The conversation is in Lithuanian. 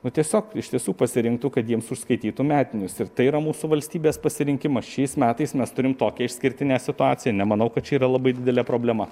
nu tiesiog iš tiesų pasirinktų kad jiems užskaitytų metinius ir tai yra mūsų valstybės pasirinkimas šiais metais mes turim tokią išskirtinę situaciją nemanau kad čia yra labai didelė problema